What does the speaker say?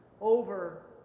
over